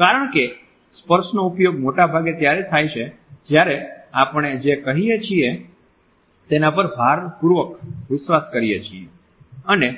કારણ કે સ્પર્શનો ઉપયોગ મોટેભાગે ત્યારે થાય છે જ્યારે આપણે જે કહીએ છીએ તેના પર ભારપૂર્વક વિશ્વાસ કરીએ છીએ તે